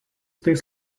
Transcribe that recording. tais